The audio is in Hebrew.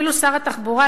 אפילו שר התחבורה,